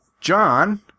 John